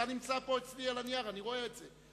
אתה רשום פה אצלי על הנייר, אני רואה את זה.